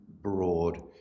broad